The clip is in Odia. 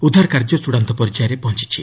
ଉଦ୍ଧାରକାର୍ଯ୍ୟ ଚଡ଼ାନ୍ତ ପର୍ଯ୍ୟାୟରେ ପହଞ୍ଚୁଛି